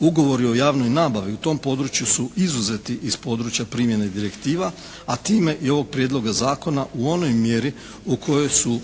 ugovori o javnoj nabavi u tom području su izuzeti iz područja primjene direktiva a time i ovog prijedloga zakona u onoj mjeri u kojoj su